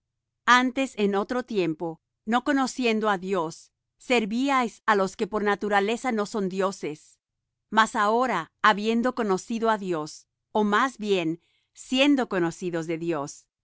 antes en otro tiempo no conociendo á dios servíais á los que por naturaleza no son dioses mas ahora habiendo conocido á dios ó más bien siendo conocidos de dios